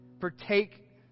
partake